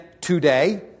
today